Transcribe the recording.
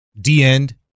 D-end